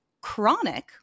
chronic